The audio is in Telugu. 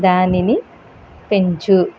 దానిని పెంచు